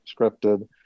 scripted